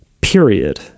Period